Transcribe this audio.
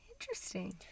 Interesting